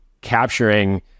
capturing